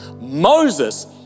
Moses